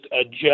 adjust